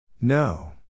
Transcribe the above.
No